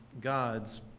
gods